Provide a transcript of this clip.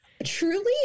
Truly